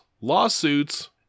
lawsuits